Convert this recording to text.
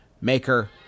Maker